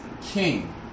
king